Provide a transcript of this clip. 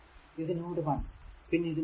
ഇത് നോഡ് 1 പിന്നെ ഇത് നോഡ് 2